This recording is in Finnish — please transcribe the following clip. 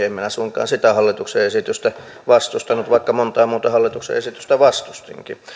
en minä suinkaan hallituksen esitystä tästä suojaosan käyttöönotosta viime kaudella vastustanut vaikka monta muuta hallituksen esitystä vastustinkin